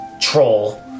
troll